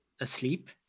asleep